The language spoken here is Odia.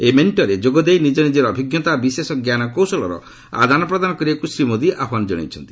ଏହି ମେଣ୍ଟରେ ଯୋଗ ଦେଇ ନିଜ ନିଜର ଅଭିଜ୍ଞତା ଓ ବିଶେଷ ଜ୍ଞାନକୌଶଳର ଆଦାନ ପ୍ରଦାନ କରିବାକୁ ଶ୍ରୀ ମୋଦି ଆହ୍ୱାନ ଜଣାଇଛନ୍ତି